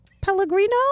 pellegrino